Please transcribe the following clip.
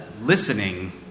listening